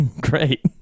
Great